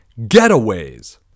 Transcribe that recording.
getaways